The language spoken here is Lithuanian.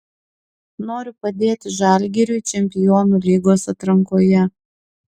noriu padėti žalgiriui čempionų lygos atrankoje